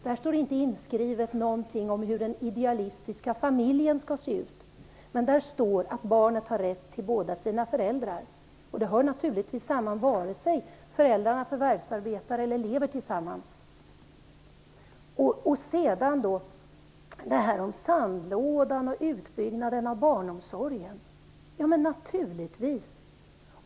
Där står inte inskrivet något om hur den ideala familjen skall se ut, men där står att barnet har rätt till båda sina föräldrar, och det gäller naturligtvis vare sig föräldrarna förvärvsarbetar eller lever tillsammans. Göte Jonsson tar också upp samtalen i sandlådan och utbyggnaden av barnomsorgen.